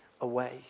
away